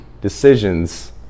decisions